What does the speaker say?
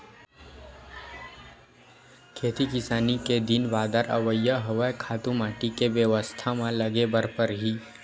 खेती किसानी के दिन बादर अवइया हवय, खातू माटी के बेवस्था म लगे बर परही